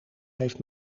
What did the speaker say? heeft